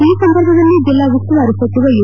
ಈ ಸಂದರ್ಭದಲ್ಲಿ ಜಿಲ್ಲಾ ಉಸ್ತುವಾರಿ ಸಚಿವ ಯು